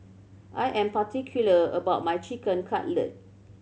I am particular about my Chicken Cutlet